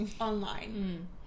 online